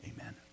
Amen